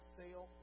sale